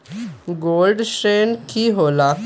Gold ऋण की होला?